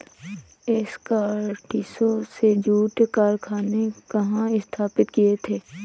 स्कॉटिशों ने जूट कारखाने कहाँ स्थापित किए थे?